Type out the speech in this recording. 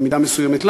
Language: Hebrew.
במידה מסוימת,